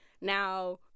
Now